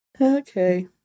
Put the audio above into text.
Okay